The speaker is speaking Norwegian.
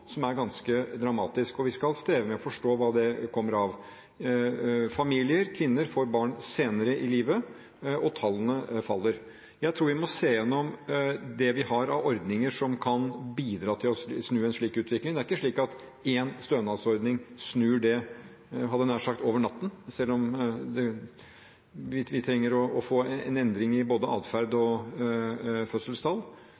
som er ganske dramatisk, og vi skal streve etter å forstå hva det kommer av. Familier, kvinner, får barn senere i livet, og tallene faller. Jeg tror vi må se igjennom det vi har av ordninger som kan bidra til å snu en slik utvikling. Det er ikke slik at én stønadsordning snur det over natten, selv om vi trenger å få en endring i både